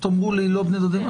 תאמרו לי, לא בני דודים.